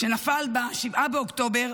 כשנפל ב-7 באוקטובר,